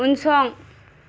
उनसं